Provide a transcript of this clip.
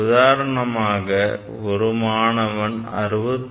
உதாரணமாக ஒரு மாணவன் 66